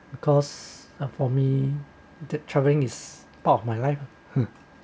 because uh for me the travelling is part of my life !huh!